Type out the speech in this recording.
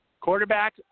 Quarterback